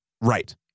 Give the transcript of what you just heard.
right